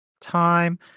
time